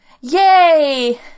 yay